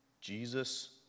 Jesus